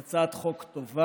היא הצעת חוק טובה.